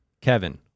Kevin